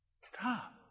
Stop